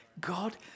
God